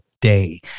day